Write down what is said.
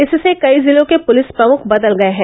इससे कई जिलों के पुलिस प्रमुख बदल गये हैं